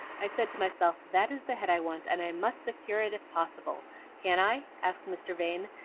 i said to myself that is the head i want, and i must secure it if possible can i? asked mr. vane,